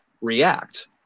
react